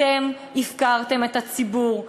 אתם הפקרתם את הציבור.